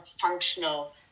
functional